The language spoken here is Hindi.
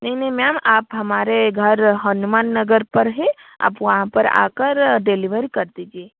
नहीं नहीं मैम आप हमारे घर हनुमान नगर पर है आप वहाँ पर आकर डिलीवर कर दीजिए